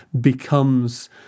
becomes